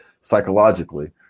psychologically